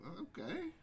Okay